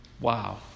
Wow